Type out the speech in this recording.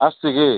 ଆସୁଛିକି